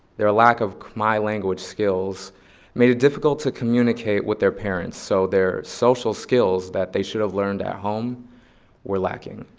their lack of khmer language skills made it difficult to communicate with their parents. so their social skills that they should have learned at home were lacking.